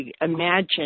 imagine